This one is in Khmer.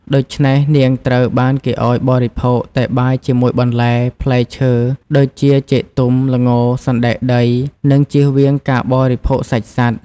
ដូច្នេះ នាងត្រូវបានគេឱ្យបរិភោគតែបាយជាមួយបន្លែ ផ្លែឈើ ដូចជា ចេកទុំ ល្ង សណ្តែកដី និងជៀសវាងការបរិភោគសាច់សត្វ។